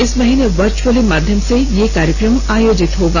इस महीने वर्चुअली माध्यम से यह कार्यक्रम आयोजित होगा